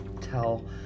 tell